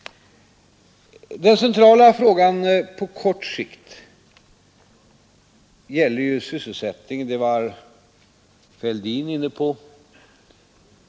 Den centrala frågan på kort sikt gäller ju sysselsättningen, och den har berörts av herr Fälldin.